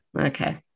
Okay